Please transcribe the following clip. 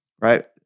right